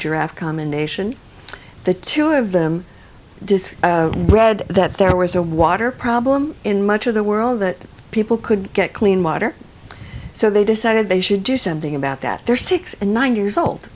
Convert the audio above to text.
giraffe combination the two of them does read that there was a water problem in much of the world that people could get clean water so they decided they should do something about that they're six and nine years old